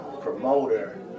promoter